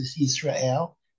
Israel